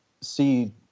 see